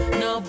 no